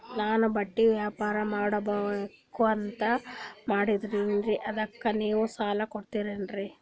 ನಾನು ಬಟ್ಟಿ ವ್ಯಾಪಾರ್ ಮಾಡಬಕು ಅಂತ ಮಾಡಿನ್ರಿ ಅದಕ್ಕ ನೀವು ಸಾಲ ಕೊಡ್ತೀರಿ?